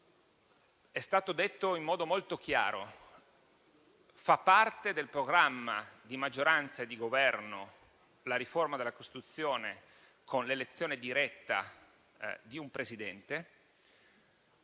È stato detto in modo molto chiaro che fa parte del programma di maggioranza e di Governo la riforma della Costituzione con l'elezione diretta di un Presidente